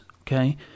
okay